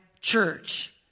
church